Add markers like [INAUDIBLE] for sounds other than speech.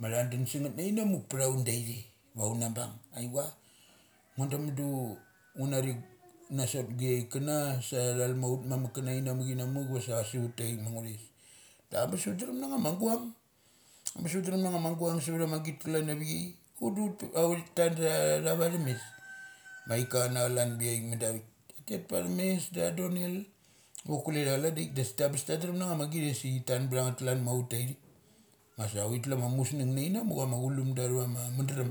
Ma tha dun sa ngeth inamuk ptha un da ithe va una bung. Aiva, ngo da mudu ngo nari na sot gu chaik kana sa tha thal ma ut mamuk itana in a muk vasasu ut tai thik ma nguthes. Da abes undrem nanga ma guang. Abes undrem na nga ma guang sutha ma git klan avika. Ut da uth uthi tal a tha vana mes. [NOISE] Ma aika chana calan biavik mudu avik tet pathum mes ok tha donel chok kule tha chalan da ithik da sik abes ta drem na ma git asik tan btha ngeth klan ma ut tha ithik. Masa uthi tlu ama musng na in amuk ama chulumda athavama mandarum.